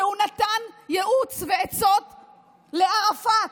שנתן ייעוץ ועצות לערפאת.